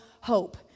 hope